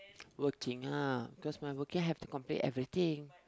working ah because my working have to complete everything